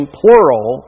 plural